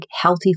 healthy